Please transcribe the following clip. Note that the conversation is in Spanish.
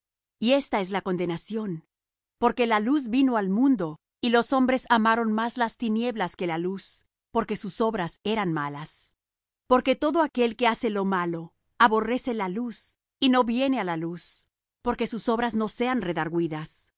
y esta es la condenación porque la luz vino al mundo y los hombres amaron más las tinieblas que la luz porque sus obras eran malas porque todo aquel que hace lo malo aborrece la luz y no viene á la luz porque sus obras no sean redargüidas